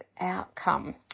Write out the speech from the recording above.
outcome